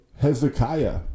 Hezekiah